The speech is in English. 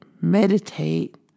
meditate